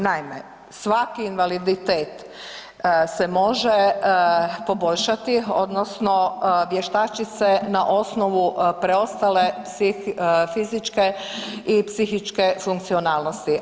Naime, svaki invaliditet se može poboljšati odnosno vještači se na osnovu preostale fizičke i psihičke funkcionalnosti.